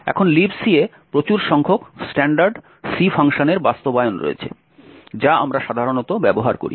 এখন Libc এ প্রচুর সংখ্যক স্ট্যান্ডার্ড C ফাংশনের বাস্তবায়ন রয়েছে যা আমরা সাধারণত ব্যবহার করি